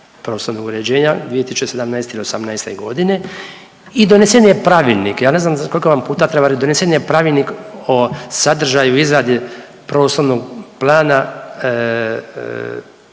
uređenja 2017. ili '18.g. i donesen je pravilnik. Ja ne znam koliko vam puta treba reć donesen je pravilnik o sadržaju i izradi Prostornog plana